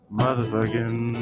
motherfucking